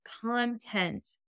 content